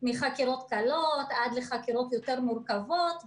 מחקירות קלות עד לחקירות יותר מורכבות,